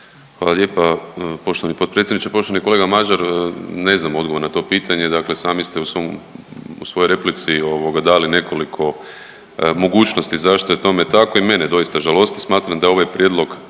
Hvala lijepa poštovani potpredsjedniče. Poštovani kolega Mažar, ne znam odgovor na to pitanje, dakle sami ste u svom, u svojoj replici, ovoga, dali nekoliko mogućnosti zašto je tome tako. I mene doista žalosti, smatram da je ovaj Prijedlog